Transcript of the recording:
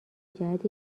جهت